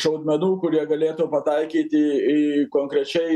šaudmenų kurie galėtų pataikyti į konkrečiai